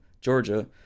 Georgia